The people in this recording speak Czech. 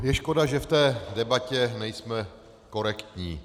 Je škoda, že v té debatě nejsme korektní.